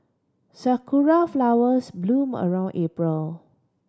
sakura flowers bloom around April